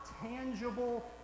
tangible